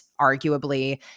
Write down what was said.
arguably